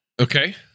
Okay